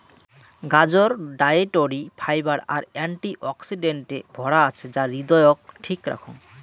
গাজর dietary fibre আর অ্যান্টি অক্সিডেন্টে ভরা আছে যা হৃদয়ক ঠিক রাখং